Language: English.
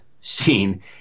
scene